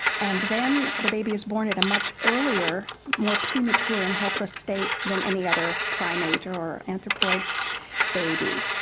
and then the baby is born at a much earlier, more premature and helpless state than any other primate or or anthropoid baby.